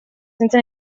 senza